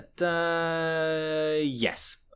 Yes